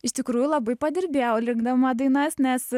iš tikrųjų labai padirbėjau linkdama dainas nes